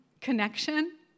connection